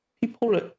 people